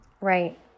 Right